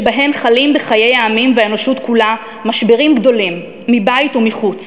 שבהן חלים בחיי העמים והאנושות כולה משברים גדולים מבית ומחוץ,